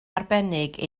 arbennig